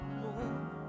more